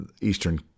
Eastern